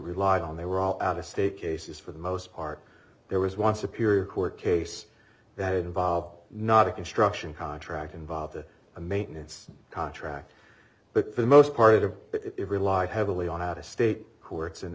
relied on they were all out of state cases for the most part there was once a period court case that involved not a construction contract involve the a maintenance contract but for the most part of it relied heavily on out of state courts and